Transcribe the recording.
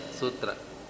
sutra